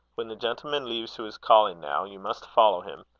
when the gentleman leaves who is calling now, you must follow him.